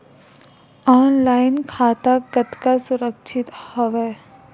Online खाता कतका सुरक्षित हवय?